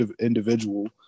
individual